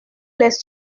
les